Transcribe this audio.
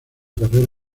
carrera